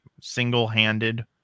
single-handed